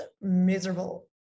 miserable